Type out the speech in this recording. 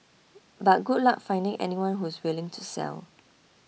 but good luck finding anyone who's willing to sell